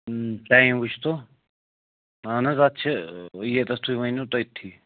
time وٕچھتو اَہن حظ اَتھ چھِ ییٚتَس تُہۍ ؤنِو تٔتھی